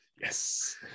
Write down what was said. Yes